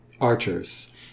archers